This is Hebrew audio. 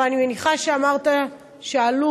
אבל אני מניחה שאמרת שהעלות